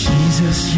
Jesus